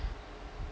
-EMPT